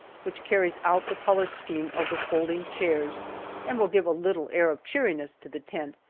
which carries out the color scheme of the folding chairs and will give a little air of cheeriness to the tent,